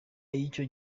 y’icyo